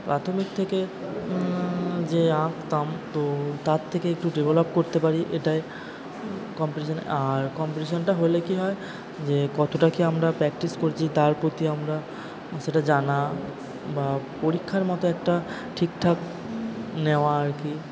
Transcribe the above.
প্রাথমিক থেকে যে আঁকতাম তো তার থেকে একটু ডেভেলপ করতে পারি এটাই কম্পিটিশানে আর কম্পিটিশানটা হলে কি হয় যে কতোটা কি আমরা প্র্যকটিস করছি তার প্রতি আমরা সেটা জানা বা পরীক্ষার মতো একটা ঠিকঠাক নেওয়া আর কি